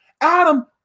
Adam